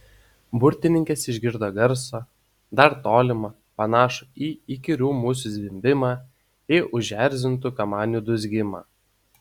burtininkės išgirdo garsą dar tolimą panašų į įkyrių musių zvimbimą į užerzintų kamanių dūzgimą